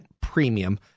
premium